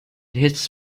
hits